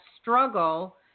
struggle